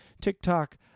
TikTok